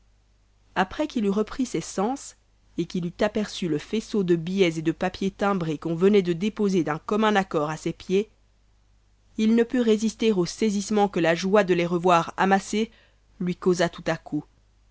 après qu'il eut repris ses sens et qu'il eut aperçu le faisceau de billets et de papiers timbrés qu'on venait de déposer d'un commun accord à ses pieds il ne put résister au saisissement que la joie de les revoir amassés lui causa tout-à-coup faisant un